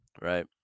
Right